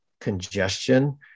congestion